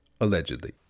Allegedly